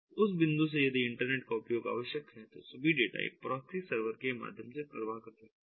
तो उस बिंदु से यदि इंटरनेट का उपयोग आवश्यक है तो सभी डेटा एक प्रॉक्सी सर्वर के माध्यम से प्रवाह कर सकता है